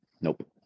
Nope